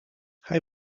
hij